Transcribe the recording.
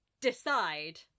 decide